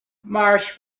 march